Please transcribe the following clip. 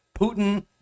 Putin